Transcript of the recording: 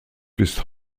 bis